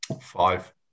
Five